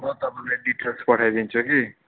म तपाईँलाई डिटेल्स पठाइदिन्छु कि